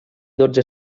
dotze